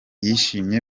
yishimiye